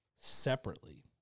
separately